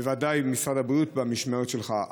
ובוודאי משרד הבריאות במשמרת שלך.